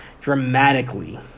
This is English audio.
Dramatically